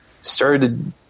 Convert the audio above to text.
started